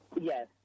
Yes